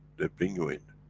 they bring you in.